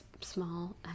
small